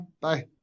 Bye